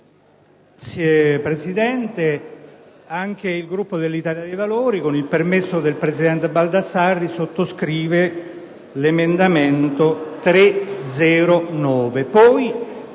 Signor Presidente, anche il Gruppo dell'Italia dei Valori, con il permesso del presidente Baldassarri, sottoscrive l'emendamento 3.0.9